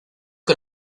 que